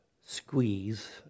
squeeze